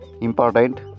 important